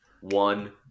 one